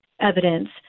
evidence